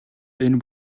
энэ